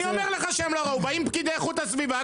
באים פקידי איכות הסביבה,